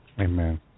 Amen